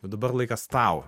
dabar laikas tau